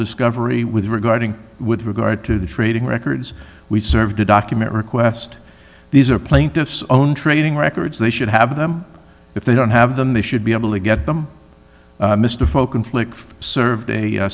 discovery with regarding with regard to the trading records we served a document request these are plaintiffs on training records they should have them if they don't have them they should be able to get them mr folkenflik served a